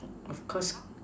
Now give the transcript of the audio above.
of course